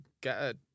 get